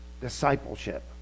discipleship